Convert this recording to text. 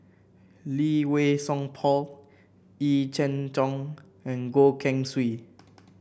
Lee Wei Song Paul Yee Jenn Jong and Goh Keng Swee